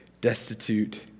destitute